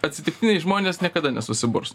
atsitiktiniai žmonės niekada nesusiburs